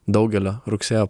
daugelio rugsėjo